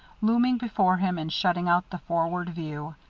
looming before him and shutting out the forward view.